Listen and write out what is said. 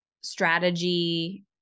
strategy